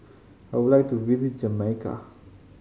I would like to visit Jamaica